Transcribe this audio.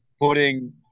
putting